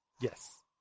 Yes